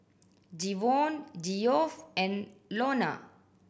Jevon Geoff and Lonna